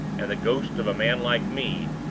and the ghost of a man like me,